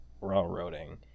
railroading